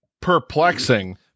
Perplexing